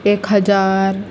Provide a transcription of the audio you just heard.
एक हजार